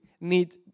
need